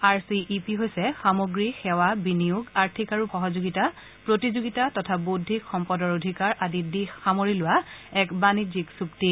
R C E P হৈছে সামগ্ৰী সেৱা বিনিয়োগ আৰ্থিক আৰু প্ৰযুক্তিগত সহযোগিতা প্ৰতিযোগিতা তথা বৌদ্ধিক সম্পদৰ অধিকাৰ আদি দিশ সামৰি লোৱা এক বৃহৎ বাণিজ্যিক চুক্তি